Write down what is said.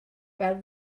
fel